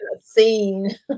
Scene